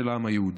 של העם היהודי.